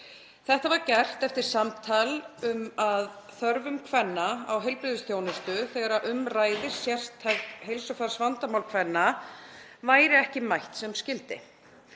Þetta var gert eftir samtal um að þörfum kvenna fyrir heilbrigðisþjónustu þegar um ræðir sértæk heilsufarsvandamál kvenna væri ekki mætt sem skyldi.